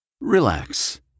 Relax